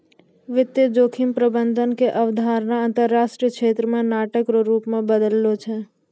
वित्तीय जोखिम प्रबंधन के अवधारणा अंतरराष्ट्रीय क्षेत्र मे नाटक रो रूप से बदललो छै